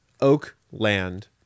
Oakland